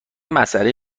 مسئله